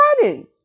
running